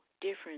difference